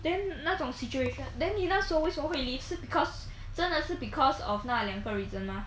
then 那种 situation then 你那时候为什么会 leave 是 because 真的是 because of 那两个 reason mah